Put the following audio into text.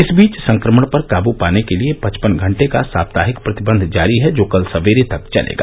इस बीच संक्रमण पर काबू पाने के लिए पचपन घंटे का साप्ताहिक प्रतिबंध जारी है जो कल सवेरे तक चलेगा